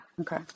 Okay